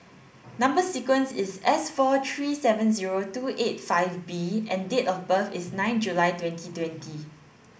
number sequence is S four three seven zero two eight five B and date of birth is nine July twenty twenty